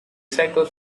cycle